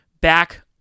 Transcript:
back